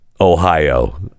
Ohio